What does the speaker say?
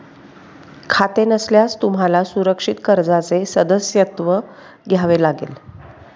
खाते नसल्यास तुम्हाला सुरक्षित कर्जाचे सदस्यत्व घ्यावे लागेल